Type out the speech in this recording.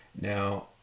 now